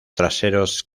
traseros